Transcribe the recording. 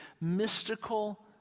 mystical